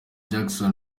jackson